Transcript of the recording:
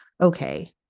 okay